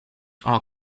are